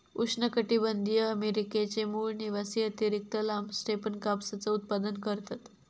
उष्णकटीबंधीय अमेरिकेचे मूळ निवासी अतिरिक्त लांब स्टेपन कापसाचा उत्पादन करतत